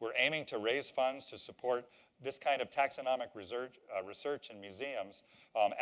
we're aiming to raise funds to support this kind of taxonomic research research and museums